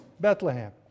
Bethlehem